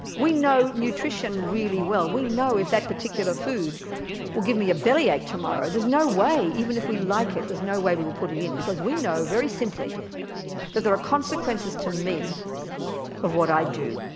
we know nutrition really well, we know if that particular food will give me a bellyache tomorrow, there's no way, even if we like it, there's no way we will put it in because we know very simply that there are consequences to me of what i do.